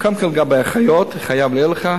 קודם כול, לגבי האחיות, אני חייב להגיד לך,